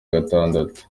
gatandatu